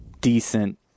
decent